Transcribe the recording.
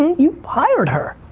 you hired her.